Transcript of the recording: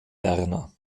werner